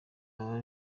baba